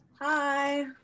Hi